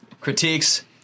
critiques